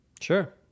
Sure